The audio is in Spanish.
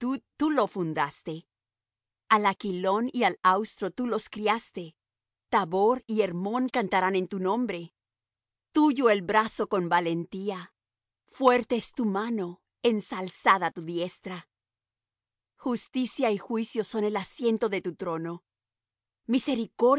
tú lo fundaste al aquilón y al austro tú los criaste tabor y hermón cantarán en tu nombre tuyo el brazo con valentía fuerte es tu mano ensalzada tu diestra justicia y juicio son el asiento de tu trono misericordia